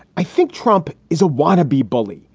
i think trump is a wannabe bully.